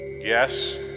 Yes